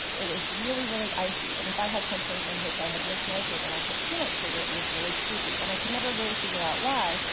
it was really, really icy. and if i had something in which i had mis-measured, and i put too much sugar, it was really soupy. and i could never really figure out why,